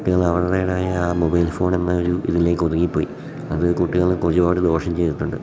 കുട്ടികൾ അവരുടേതായ ആ മൊബൈൽ ഫോൺ എന്ന ഒരു ഇതിലേക്ക് ഒതുങ്ങിപ്പോയി അത് കുട്ടികൾക്ക് ഒരുപാട് ദോഷം ചെയ്തിട്ടുണ്ട്